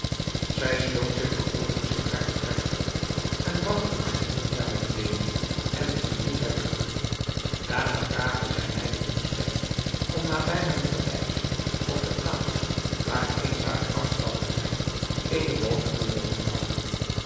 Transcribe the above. zij sloot zich vervolgens in haar vertrek op en bragt een geheel jaar met weenen en in droefheid door daarna vraagde zij mij de toestemming om nabij mijn paleis op de plaats waar eens haar graf zoude zijn eene woning te mogen bouwen